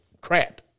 Crap